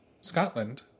Scotland